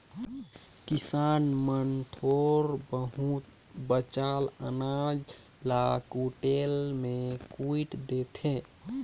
किसान मन थोर बहुत बाचल अनाज ल कुटेला मे कुइट देथे